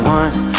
one